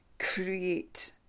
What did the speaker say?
create